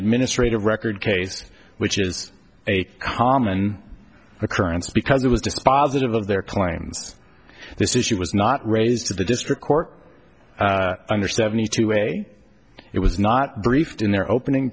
administrative record case which is a common occurrence because it was dispositive of their claims this issue was not raised in the district court under seventy two way it was not briefed in their opening